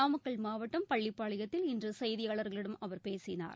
நாமக்கல் மாவட்டம் பள்ளிப்பாளையத்தில் இன்று செய்தியாளர்களிடம் அவர் பேசினார்